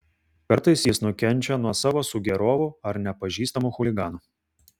kartais jis nukenčia nuo savo sugėrovų ar nepažįstamų chuliganų